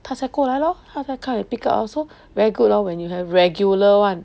他才过来 lor 他才 come and pick up ah so very good loh when you have regular [one]